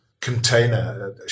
container